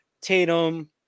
Tatum